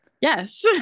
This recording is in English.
Yes